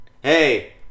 hey